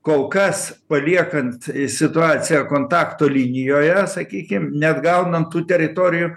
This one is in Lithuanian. kol kas paliekant situaciją kontakto linijoje sakykim neatgaunant tų teritorijų